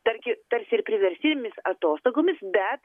tarki tarsi ir priverstinėmis atostogomis bet